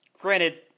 Granted